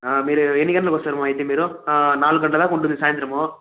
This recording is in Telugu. మీరు ఎన్ని గంటలకి వస్తారు అమ్మ అయితే మీరు నాలుగు గంటల దాకా ఉంటుంది సాయంత్రము